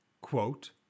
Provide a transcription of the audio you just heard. quote